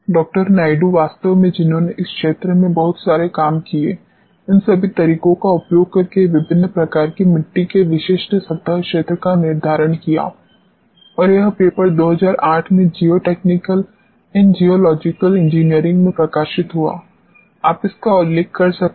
डॉ नायडू वास्तव में जिन्होंने इस क्षेत्र में बहुत सारे काम किए इन सभी तरीकों का उपयोग करके विभिन्न प्रकार की मिट्टी के विशिष्ट सतह क्षेत्र का निर्धारण किया और यह पेपर 2008 में जियोटेक्निकल एंड जियोलाजिकल इंजीनियरिंग में प्रकाशित हुआ आप इसका उल्लेख कर सकते हैं